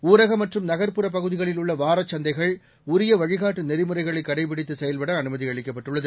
ஊரக மற்றும் நகர்ப்புற பகுதிகளில் உள்ள வாரச்சந்தைகள் உரிய வழிகாட்டு நெறிமுறைகளை கடைபிடித்து செயல்பட அனுமதி அளிக்கப்பட்டுள்ளது